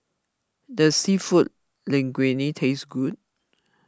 does Seafood Linguine taste good